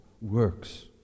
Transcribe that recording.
works